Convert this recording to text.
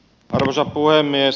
arvoisa puhemies